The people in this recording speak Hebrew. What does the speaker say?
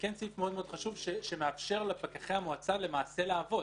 שמאפשר לפקחי המועצה לעבוד.